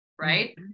Right